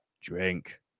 drink